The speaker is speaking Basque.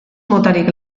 motarik